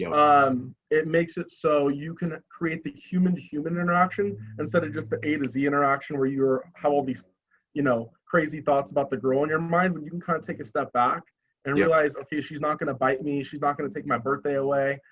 yeah. um it makes it so you can create the human human interaction instead of just the a to z interaction where you're how all these you know, crazy thoughts about the girl in your mind and but you can kind of take a step back and realize, okay, she's not gonna bite me. she's not gonna take my birthday away.